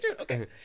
Okay